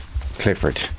Clifford